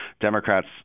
Democrats